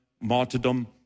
martyrdom